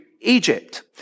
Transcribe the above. Egypt